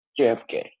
JFK